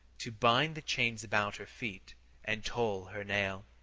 to bind the chains about her feet and toll her knell.